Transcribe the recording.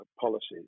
policies